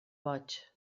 boig